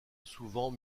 souvent